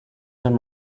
him